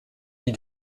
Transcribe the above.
lit